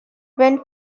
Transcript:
when